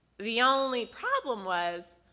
the only problem was,